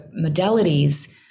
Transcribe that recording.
modalities